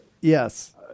Yes